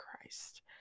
Christ